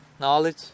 Knowledge